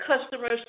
customers